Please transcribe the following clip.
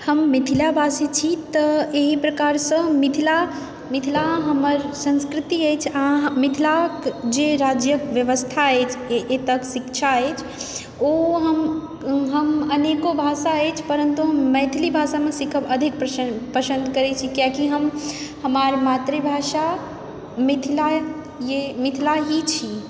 हम मिथिलवासी छी तऽ एहि प्रकारसंँ मिथिला हमर संस्कृति अछि अहाँ मिथिलाकेँ जे राज्यक व्यवस्था अछि एतयके शिक्षा अछि ओहिमे हम अनेको भाषा अछि परन्तु हम मैथिली भाषामे सीखब अधिक पसन्द पसन्द करए छी कियाकि हम हमर मातृभाषा मिथिला यऽ मिथिला ही छी